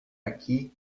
aqui